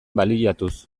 baliatuz